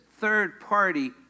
third-party